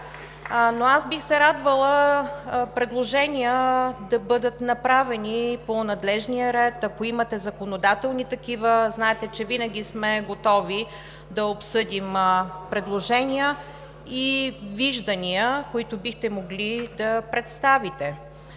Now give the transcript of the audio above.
Но аз бих се радвала предложения да бъдат направени по надлежния ред, ако имате законодателни такива. Знаете, че винаги сме готови да обсъдим предложния и виждания, които бихте могли да представите.